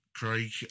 Craig